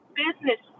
business